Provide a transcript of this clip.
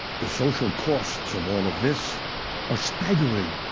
the social costs of all of this are staggering,